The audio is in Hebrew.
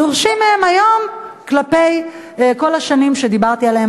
דורשים מהם היום כלפי כל השנים שדיברתי עליהן,